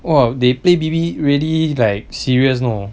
!wah! they play bb really like serious know